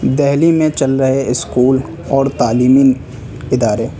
دہلی میں چل رہے اسکول اور تعلیمی ادارے